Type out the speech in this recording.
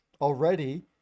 already